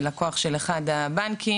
לקוח של אחד הבנקים,